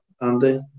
Andy